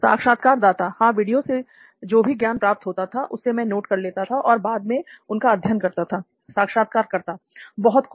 साक्षात्कारदाता हां वीडियो से जो भी ज्ञान प्राप्त होता था उसे मैं नोट कर लेता था और बाद में उनका अध्ययन करता थाl साक्षात्कारकर्ता बहुत खूब